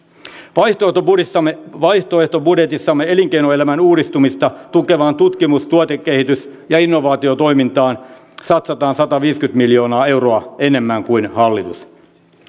vaihtoehtobudjetissamme vaihtoehtobudjetissamme elinkeinoelämän uudistumista tukevaan tutkimus tuotekehitys ja innovaatiotoimintaan satsaamme sataviisikymmentä miljoonaa euroa enemmän kuin hallitus